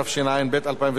אנחנו נעבור לנושא הבא,